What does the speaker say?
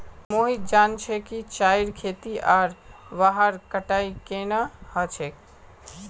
मोहित जान छ कि चाईर खेती आर वहार कटाई केन न ह छेक